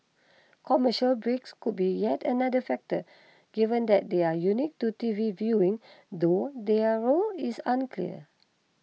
commercial breaks could be yet another factor given that they are unique to T V viewing though their role is unclear